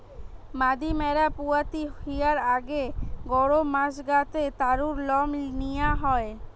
মাদি ম্যাড়া পুয়াতি হিয়ার আগে গরম মাস গা তে তারুর লম নিয়া হয়